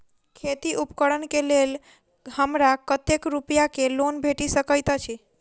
खेती उपकरण केँ लेल हमरा कतेक रूपया केँ लोन भेटि सकैत अछि?